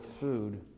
food